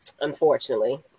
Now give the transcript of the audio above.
unfortunately